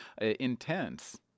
intense